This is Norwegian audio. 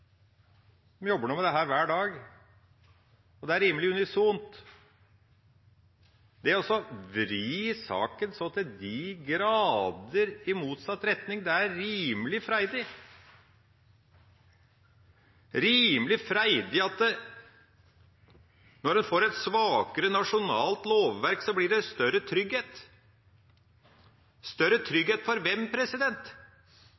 de jobber nå med dette hver dag, og det er rimelig unisont. Det å vri saken så til de grader i motsatt retning er rimelig freidig – at når en får et svakere nasjonalt lovverk, så blir det større trygghet! Større trygghet for hvem?